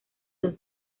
dos